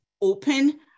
open